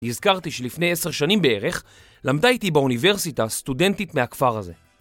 הזכרתי שלפני עשר שנים בערך למדה איתי באוניברסיטה סטודנטית מהכפר הזה.